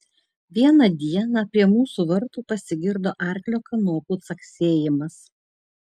vieną dieną prie mūsų vartų pasigirdo arklio kanopų caksėjimas